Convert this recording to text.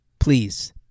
Please